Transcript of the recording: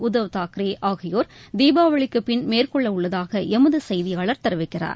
உத்தவ் தாக்கரே ஆகியோர் தீபாவளிக்குப் பின் மேற்கொள்ளவுள்ளதாக எமது செய்தியாளர் தெரிவிக்கிறார்